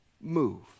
Move